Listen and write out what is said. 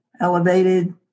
elevated